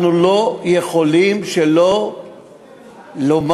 אנחנו לא יכולים שלא לומר,